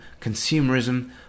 consumerism